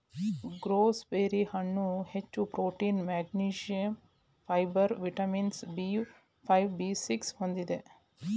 gooseberry ಹಣ್ಣು ಹೆಚ್ಚು protein manganese, fibre vitamin B five, B six ಹೊಂದಿದೆ